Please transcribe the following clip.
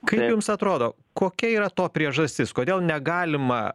kaip jums atrodo kokia yra to priežastis kodėl negalima